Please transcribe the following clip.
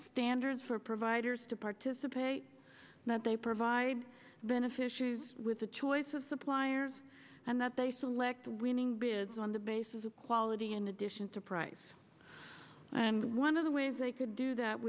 standards for providers to participate that they provide beneficiaries with the choice of suppliers and that they select winning bid on the basis of quality in addition to price and one of the ways they could do that